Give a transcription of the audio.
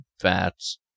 fats